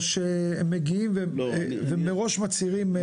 או שהם מגיעים ומראש מצהירים?